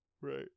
right